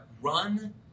Run